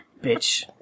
bitch